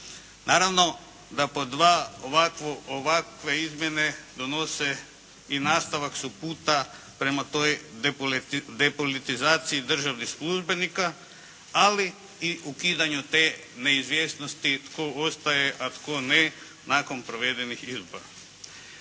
Naravno da pod dva ovakve izmjene donose i nastavak su puta prema toj depolitizaciji državnih službenika, ali i ukidanju te neizvjesnosti tko ostaje, a tko ne nakon provedenih izbora.